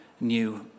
new